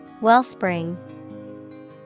Wellspring